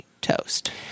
toast